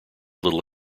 little